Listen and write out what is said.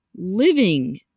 living